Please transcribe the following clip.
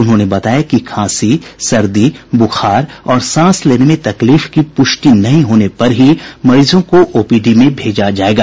उन्होंने बताया कि खांसी सर्दी बुखार और सांस लेने की तकलीफ की पुष्टि नहीं होने पर ही मरीजों को ओपीडी में भेजा जायेगा